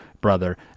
brother